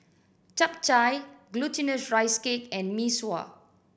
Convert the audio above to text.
Chap Chai Glutinous Rice Cake and Mee Sua